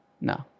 No